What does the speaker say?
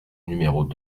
numéros